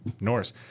Norse